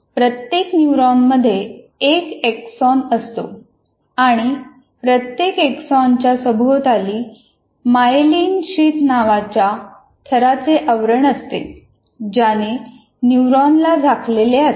प्रत्येक न्यूरॉनमध्ये एक एक्सॉन असतो आणि प्रत्येक एक्सॉनच्या सभोवताली मायेलिन शिथ नावाच्या थराचे आवरण असते ज्याने न्युरोनला झाकलेले असते